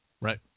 Right